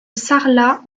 sarlat